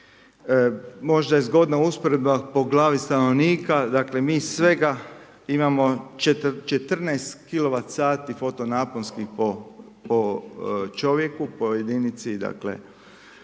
Možda je zgodna usporedba, po glavi stanovnika, mi svega imamo 14 kilovat sati fotonaposnkih po čovjeku, po jedinicu, dakle,